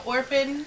Orphan